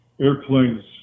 airplanes